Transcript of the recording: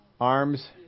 arms